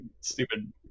stupid